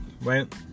right